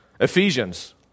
Ephesians